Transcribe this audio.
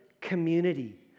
community